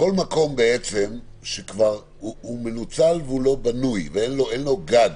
בעצם כל מקום שכבר מנוצל ולא בנוי ואין לו גג.